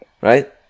right